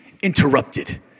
interrupted